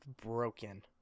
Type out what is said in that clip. broken